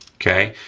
okay?